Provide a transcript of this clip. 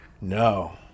No